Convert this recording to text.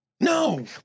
No